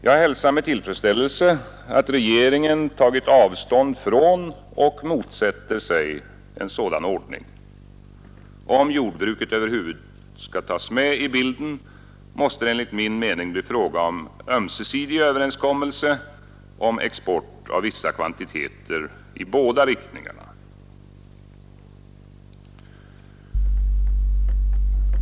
Jag hälsar med tillfredsställelse, att regeringen tagit avstånd från och motsätter sig en sådan ordning. Om jordbruket över huvud taget skall tas med i bilden måste det enligt min mening bli fråga om en ömsesidig överenskommelse om export av vissa kvantiteter i båda riktningarna.